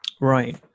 right